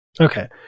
Okay